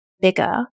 bigger